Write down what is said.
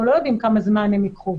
אנחנו לא יודעים כמה זמן הן ייקחו.